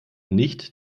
nicht